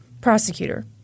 Prosecutor